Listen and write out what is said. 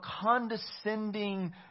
condescending